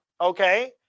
okay